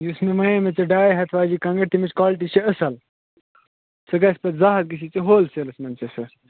یُس مےٚ وَنیٛامےَ ژےٚ ڈاے ہَتھ واجیٚنۍ کانٛگٕر تَمِچ کالٹی چھِ اَصٕل سُہ گَژھِ پَتہٕ زٕ ہَتھ گَژھی ژےٚ ہوٚل سیٚلَس منٛز ژےٚ سۄ